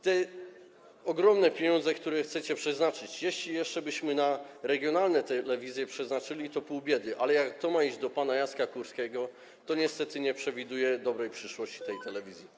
Te ogromne pieniądze, które chcecie przeznaczyć - jeśli jeszcze byśmy je na regionalne telewizje przeznaczyli, to pół biedy, ale jak to ma iść do pana Jacka Kurskiego, to niestety nie przewiduję dobrej przyszłości dla tej telewizji.